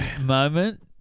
moment